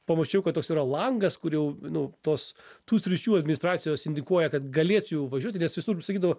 pamačiau kad toks yra langas kur jau nu tos tų sričių administracijos indikuoja kad galėčiau važiuoti nes visur vis sakydavo